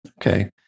Okay